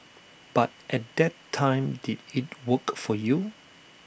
but at that time did IT work for you